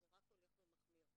שזה רק הולך ומחמיר.